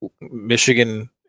Michigan